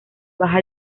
baja